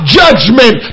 judgment